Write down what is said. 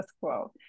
quo